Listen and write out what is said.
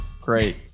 great